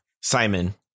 Simon